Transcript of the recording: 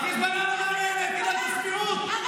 החיזבאללה נורא נהנית מעילת הסבירות.